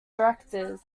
directors